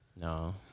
No